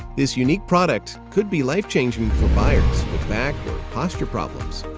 this unique product could be life-changing for buyers or posture problems.